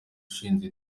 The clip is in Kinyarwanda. ushinzwe